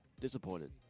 Disappointed